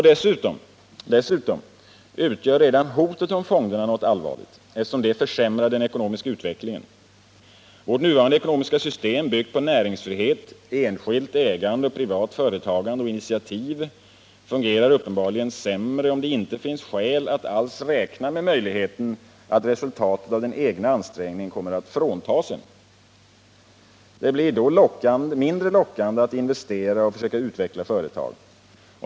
Dessutom utgör redan hotet om fonder något allvarligt, eftersom det försämrar den ekonomiska utvecklingen. Vårt nuvarande ekonomiska system, byggt på näringsfrihet, enskilt ägande och privat företagande och initiativ fungerar uppenbarligen sämre om det finns skäl att räkna med möjligheten att resultatet av egna ansträngningar kommer att fråntas en. Det blir då mindre lockande att investera och försöka utveckla företag.